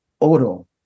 Odo